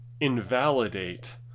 invalidate